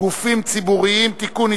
(גופים ציבוריים) (תיקון,